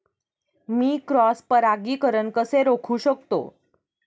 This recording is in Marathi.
मी क्रॉस परागीकरण कसे रोखू शकतो?